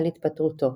על התפטרותו.